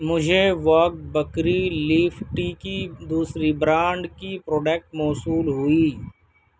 مجھے Wagh Bakri leaf tea کی دوسری برانڈ کی پروڈکٹ موصول ہوئی